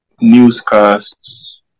newscasts